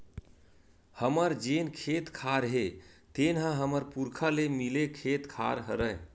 हमर जेन खेत खार हे तेन ह हमर पुरखा ले मिले खेत खार हरय